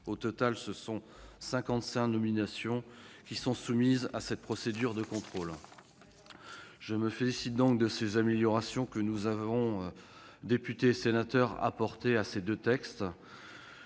Au total, 55 nominations seront soumises à cette procédure de contrôle. Je me félicite donc des améliorations que les députés et les sénateurs ont apportées à ces deux textes,